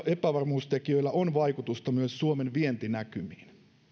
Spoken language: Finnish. epävarmuustekijöillä on vaikutusta myös suomen vientinäkymiin